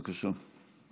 בבקשה.